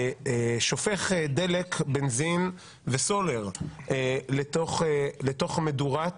שופך דלק, בנזין וסולר לתוך מדורת